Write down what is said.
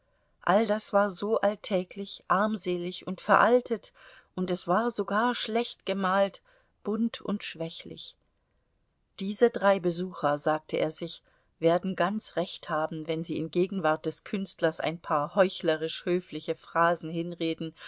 all das war so alltäglich armselig und veraltet und es war sogar schlecht gemalt bunt und schwächlich diese drei besucher sagte er sich werden ganz recht haben wenn sie in gegenwart des künstlers ein paar heuchlerisch höfliche phrasen hinreden